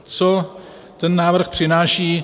Co ten návrh přináší?